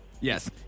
Yes